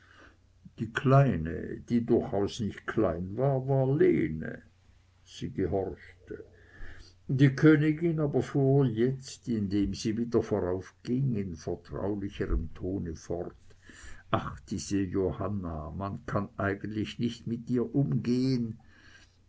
die kleine die durchaus nicht klein war war lene sie gehorchte die königin aber fuhr jetzt indem sie wieder voraufging in vertraulichem tone fort ach diese johanna man kann eigentlich nicht mit ihr umgehn